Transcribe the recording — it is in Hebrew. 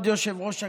כבוד יושב-ראש הכנסת,